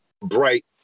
bright